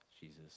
Jesus